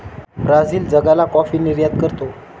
Brazil जागेला coffee निर्यात करतो